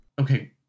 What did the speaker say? Okay